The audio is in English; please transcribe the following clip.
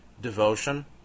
devotion